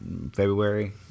February